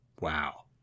Wow